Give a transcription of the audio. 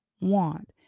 want